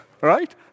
right